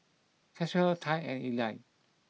Caswell Tai and Eli